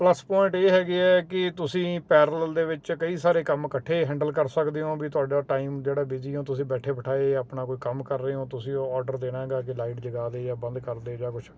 plus point ਇਹ ਹੈਗੇ ਆ ਕਿ ਤੁਸੀਂ ਪੈਰਲਲ ਦੇ ਵਿੱਚ ਕਈ ਸਾਰੇ ਕੰਮ ਇਕੱਠੇ ਹੈਂਡਲ ਕਰ ਸਕਦੇ ਹੋ ਵੀ ਤੁਹਾਡਾ ਟਾਈਮ ਜਿਹੜਾ ਬਿਜ਼ੀ ਹੋ ਤੁਸੀਂ ਬੈਠੇ ਬਿਠਾਏ ਆਪਣਾ ਕੋਈ ਕੰਮ ਕਰ ਰਹੇ ਹੋ ਤੁਸੀਂ ਆਰਡਰ ਦੇਣਾ ਹੈਗਾ ਕਿ ਲਾਈਟ ਜਗਾ ਦੇ ਜਾਂ ਬੰਦ ਕਰਦੇ ਜਾਂ ਕੁਛ